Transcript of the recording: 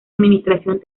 administración